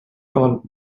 doll